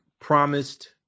promised